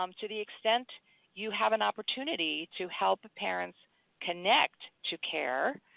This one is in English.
um to the extent you have an opportunity to help parents connect to care,